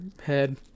head